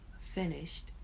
finished